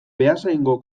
beasaingo